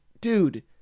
dude